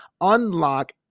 Unlock